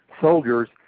soldiers